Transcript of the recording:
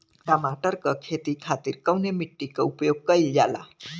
टमाटर क खेती खातिर कवने मिट्टी के उपयोग कइलजाला?